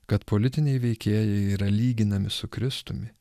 kad politiniai veikėjai yra lyginami su kristumi